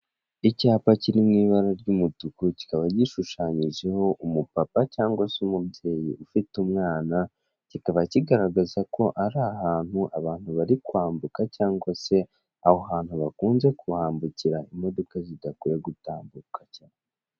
Icyapa kiri mu ibara ry'umutuku kikaba gishushanyijeho umupapa cyangwa se umubyeyi ufite umwana, kikaba kigaragaza ko ari ahantu abantu bari kwambuka cyangwa se aho hantu bakunze kuhambukira imodoka zidakwiye gutambuka.